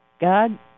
God